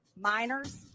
Minors